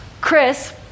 Chris